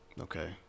Okay